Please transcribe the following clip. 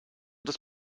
das